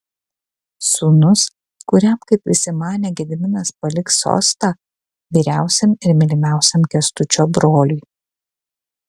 sūnus kuriam kaip visi manė gediminas paliks sostą vyriausiam ir mylimiausiam kęstučio broliui